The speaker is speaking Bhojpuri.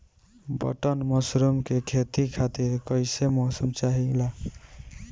बटन मशरूम के खेती खातिर कईसे मौसम चाहिला?